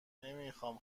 نمیخام